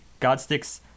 Godsticks